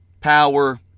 power